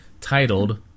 titled